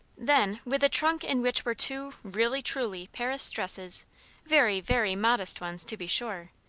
then, with a trunk in which were two really, truly paris dresses very, very modest ones, to be sure,